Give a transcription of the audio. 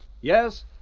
Yes